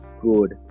good